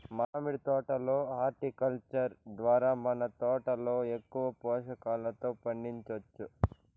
మామిడి తోట లో హార్టికల్చర్ ద్వారా మన తోటలో ఎక్కువ పోషకాలతో పండించొచ్చు